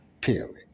period